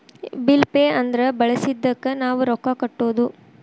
bill pay ಅಂದ್ರ ಬಳಸಿದ್ದಕ್ಕ್ ನಾವ್ ರೊಕ್ಕಾ ಕಟ್ಟೋದು